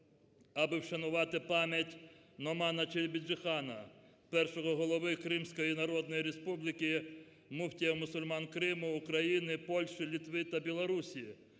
аби вшанувати пам'ять Номана Челебіджіхана – першого голови Кримської Народної Республіки, муфтія мусульман Криму, України, Польщі, Литви та Білорусії,